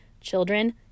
children